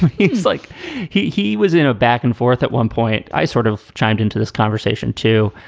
he's like he he was in a back and forth at one point. i sort of chimed into this conversation, too.